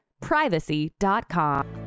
privacy.com